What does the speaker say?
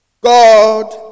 God